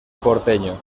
porteño